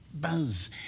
Buzz